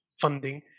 funding